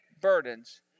burdens